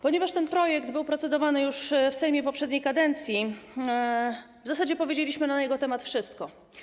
Ponieważ ten projekt był procedowany już w Sejmie poprzedniej kadencji, w zasadzie powiedzieliśmy na jego temat wszystko.